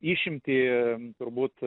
išimtį turbūt